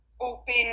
open